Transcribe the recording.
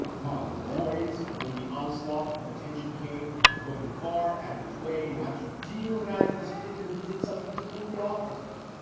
modeling poise when the onslaught of attention came going far out of his way. not to demonize this figure who did something truly awful to him.